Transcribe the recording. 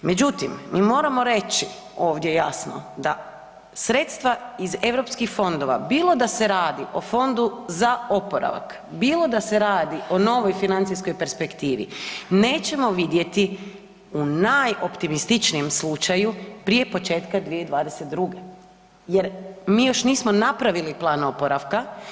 Međutim, mi moramo reći ovdje jasno da sredstva iz Europskih fondova bilo da se radi o fondu za oporavak, bilo da se radi o novoj financijskoj perspektivi, nećemo vidjeti u najoptimističnijem slučaju prije početka 2022. jer mi još nismo napravili plan oporavka.